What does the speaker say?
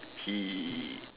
he